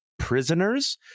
prisoners